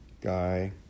Guy